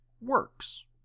works